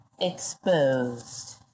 Exposed